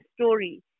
story